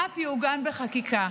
שאף יעוגן בחקיקה.